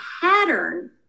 pattern